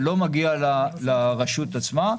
זה לא מגיע לרשות עצמה,